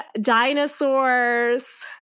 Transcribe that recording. dinosaurs